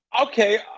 okay